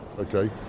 Okay